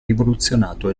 rivoluzionato